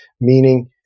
Meaning